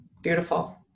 Beautiful